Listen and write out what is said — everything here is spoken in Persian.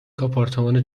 آپارتمان